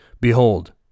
Behold